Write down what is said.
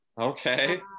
Okay